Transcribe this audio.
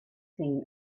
seen